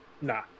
Nah